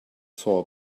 saw